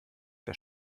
der